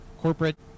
corporate